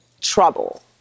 trouble